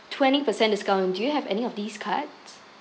twenty percent discount do you have any of these cards